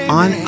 on